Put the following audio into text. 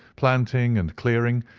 planting and clearing,